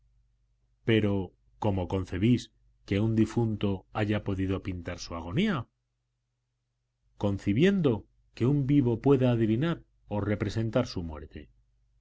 pero cómo concebís que un difunto haya podido pintar su agonía concibiendo que un vivo pueda adivinar o representar su muerte